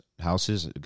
houses